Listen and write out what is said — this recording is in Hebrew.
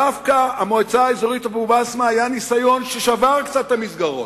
דווקא במועצה האזורית אבו-בסמה היה ניסיון ששבר קצת את המסגרות.